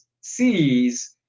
sees